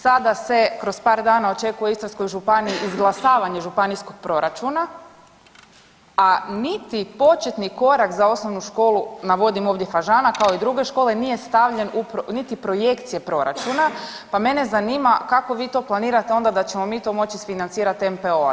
Sada se kroz par dana očekuje u Istarskoj županiji izglasavanje županijskog proračuna, a niti početni korak za osnovnu školu navodim ovdje Fažana kao i druge škole nije stavljen, niti projekcije proračuna pa mene zanima kako vi to planirate onda da ćemo mi to moći isfinancirati NPO-a.